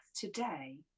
today